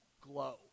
glow